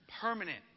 Permanent